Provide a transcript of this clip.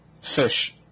fish